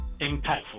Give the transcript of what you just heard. impactful